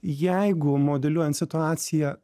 jeigu modeliuojant situaciją